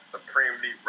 Supremely